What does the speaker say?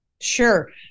Sure